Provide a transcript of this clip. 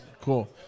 Cool